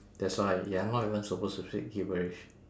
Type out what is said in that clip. that's why you're not even supposed to speak gibberish